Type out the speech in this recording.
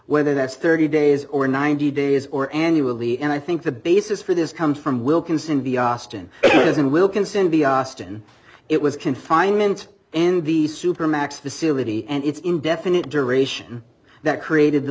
whether that's thirty days or ninety days or annually and i think the basis for this comes from wilkinson be austin doesn't wilkinson be austin it was confinement in the supermax facility and it's indefinite duration that created the